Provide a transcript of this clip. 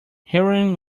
heroin